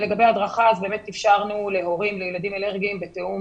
לגבי הדרכה באמת אפשרנו להורים לילדים אלרגיים בתיאום